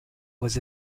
was